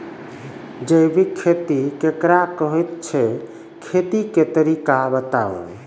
जैबिक खेती केकरा कहैत छै, खेतीक तरीका बताऊ?